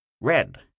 Red